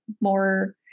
more